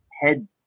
head